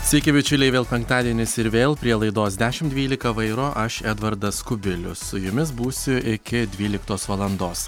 sveiki bičiuliai vėl penktadienis ir vėl prie laidos dešim dvylika vairo aš edvardas kubilius su jumis būsiu iki dvyliktos valandos